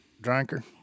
drinker